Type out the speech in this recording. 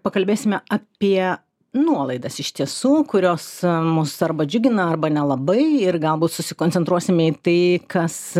pakalbėsime apie nuolaidas iš tiesų kurios mus arba džiugina arba nelabai ir galbūt susikoncentruosime į tai kas